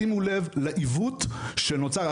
שימו לב לעיוות שנוצר,